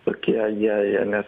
tokie jie jie nes